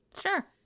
Sure